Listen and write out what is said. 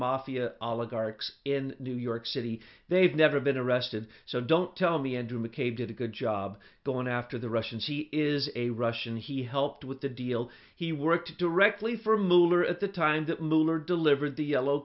mafia oligarchy in new york city they've never been arrested so don't tell me andrew mccabe did a good job going after the russians he is a russian he helped with the deal he worked directly for muhtar at the time that lunar delivered the